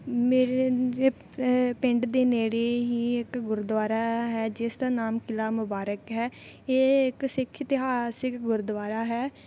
ਮੇਰੇ ਇਹ ਪਿੰਡ ਦੇ ਨੇੜੇ ਹੀ ਇੱਕ ਗੁਰਦੁਆਰਾ ਹੈ ਜਿਸ ਦਾ ਨਾਮ ਕਿਲ੍ਹਾ ਮੁਬਾਰਕ ਹੈ ਇਹ ਇੱਕ ਸਿੱਖ ਇਤਿਹਾਸਿਕ ਗੁਰਦੁਆਰਾ ਹੈ